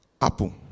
apple